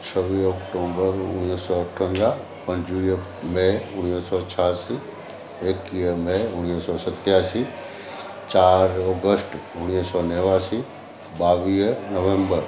छवीह ऑक्टॉबर उणिवीह सौ अठवंजाह पंजवीह मे उणिवीह सौ छहासी एकवीह मे उणिवीह सौ सतासी चारि ओगष्ट उणिवीह सौ नेवासी ॿावीह नवेम्बर